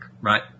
Right